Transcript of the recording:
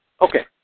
Okay